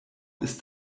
ist